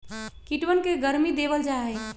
कीटवन के गर्मी देवल जाहई